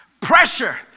Pressure